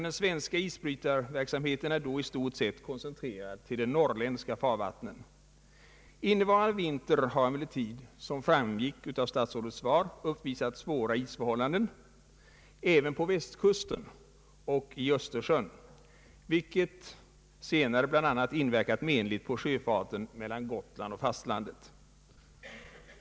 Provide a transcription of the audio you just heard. Den svenska isbrytarverksamheten är då i stort sett koncentrerad till de norrländska farvattnen. Innevarande vinter har emellertid, som framgick av herr statsrådets svar, uppvisat svåra isförhållanden även på Västkusten och i Östersjön, vilket senare bl.a. inverkat menligt på sjöfarten mellan Gotland och fastlandet.